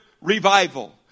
Revival